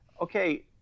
okay